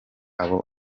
abo